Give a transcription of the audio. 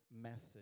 message